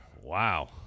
Wow